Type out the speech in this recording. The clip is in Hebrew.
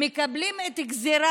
מקבלים את הגזרה